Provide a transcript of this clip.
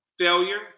failure